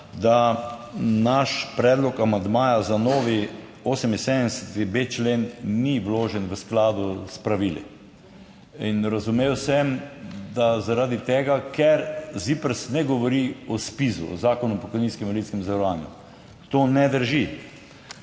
da naš predlog amandmaja za novi 78.b člen ni vložen v skladu s pravili in razumel sem, da zaradi tega, ker ZIPRS ne govori o ZPIZU, o Zakonu o pokojninskem in invalidskem zavarovanju. T ne drži.